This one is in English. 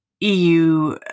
EU